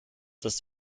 das